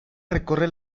recorre